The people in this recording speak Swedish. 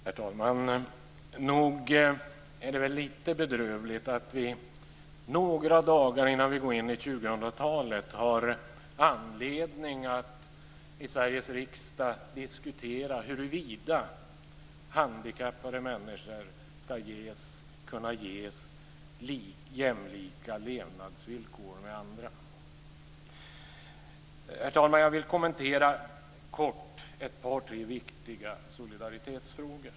Herr talman! Nog är det väl lite bedrövligt att vi några dagar innan vi går in i 2000-talet har anledning att i Sveriges riksdag diskutera huruvida handikappade människor ska kunna ges jämlika levnadsvillkor. Herr talman! Jag vill kort kommentera ett par tre viktiga solidaritetsfrågor.